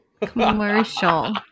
Commercial